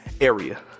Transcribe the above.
area